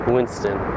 Winston